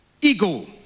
Ego